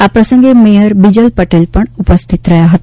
આ પ્રસંગે મેયર બીજલ પટેલ પણ ઉપસ્થિત રહ્યા હતા